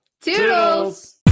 Toodles